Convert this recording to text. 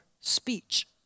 speech